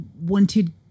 wanted